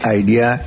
idea